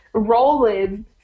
rolling